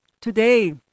today